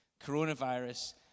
coronavirus